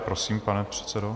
Prosím, pane předsedo.